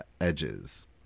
edges